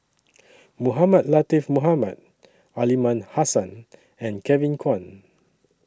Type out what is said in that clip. Mohamed Latiff Mohamed Aliman Hassan and Kevin Kwan